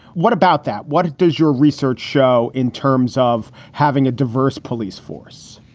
what about that? what does your research show in terms of having a diverse police force?